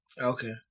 Okay